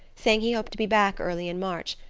saying he hoped to be back early in march,